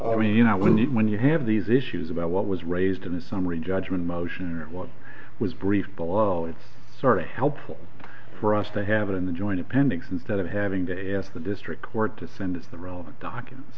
i mean you know when you when you have these issues about what was raised in a summary judgment motion what was briefed below it's sort of helpful for us to have in the joint appendix instead of having to ask the district court to send us the relevant documents